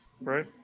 right